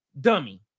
Dummy